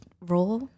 raw